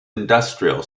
industrial